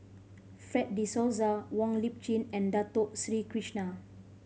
Fred De Souza Wong Lip Chin and Dato Sri Krishna